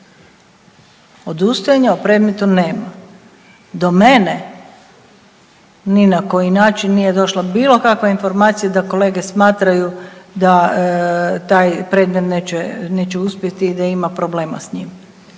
Odustajanje od predmeta nema. Do mene ni na koji način nije došla bilo kakva informacija da kolege smatraju da taj predmet neće uspjeti i da ima problema s njim.